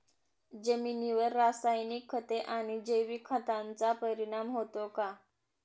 जमिनीवर रासायनिक खते आणि जैविक खतांचा परिणाम होतो का?